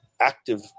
active